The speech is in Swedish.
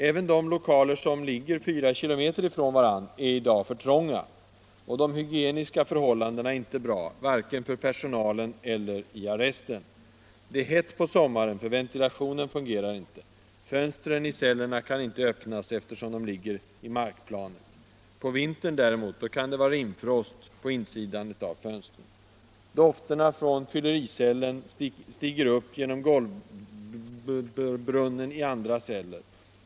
Även de lokaler som ligger fyra kilometer ifrån varandra är i dag för trånga. De hygieniska förhållandena är inte bra, varken för personalen eller i arresten. Det är hett på sommaren, för ventilationen fungerar inte. Fönstren i cellerna kan inte öppnas, eftersom de ligger i markplanet. På vintern kan det däremot vara rimfrost på insidan av fönstren. Dofterna från fyllericellen stiger upp genom golvbrunnen i andra celler.